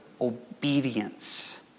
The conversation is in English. Obedience